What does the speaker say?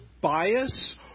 bias